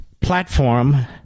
platform